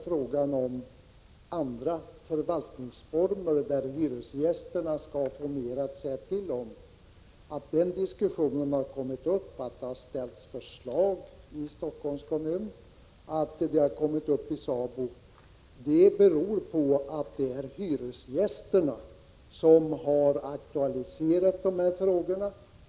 Frågan om andra förvaltningsformer där hyresgästerna skall få mer att säga till om har diskuterats i Stockholms kommun, förslag har ställts i SABO, och det är hyresgästerna som aktualiserat dessa frågor.